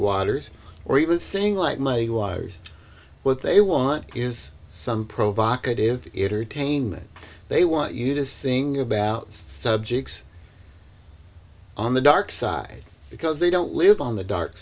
waters or even sing like my uighurs what they want is some provocative entertainment they want you to sing about subjects on the dark side because they don't live on the dark